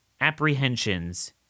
apprehensions